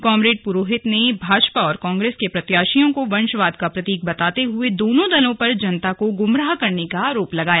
comrade Purohit ने भाजपा और कांग्रेस के प्रत्याशियों को वंशवाद का प्रतीक बताते हुए दोनों दलों पर जनता को गुमराह करने का आरोप लगाया